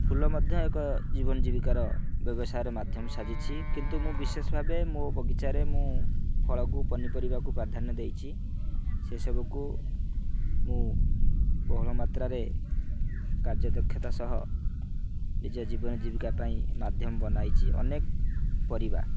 ଫୁଲ ମଧ୍ୟ ଏକ ଜୀବନ ଜୀବିକାର ବ୍ୟବସାୟର ମାଧ୍ୟମ ସାଜିଛି କିନ୍ତୁ ମୁଁ ବିଶେଷ ଭାବେ ମୋ ବଗିଚାରେ ମୁଁ ଫଳକୁ ପନିପରିବାକୁ ପ୍ରାଧାନ୍ୟ ଦେଇଛି ସେସବୁକୁ ମୁଁ ବହୁଳ ମାତ୍ରାରେ କାର୍ଯ୍ୟଦକ୍ଷତା ସହ ନିଜ ଜୀବନ ଜୀବିକା ପାଇଁ ମାଧ୍ୟମ ବନାଇଛି ଅନେକ ପରିବା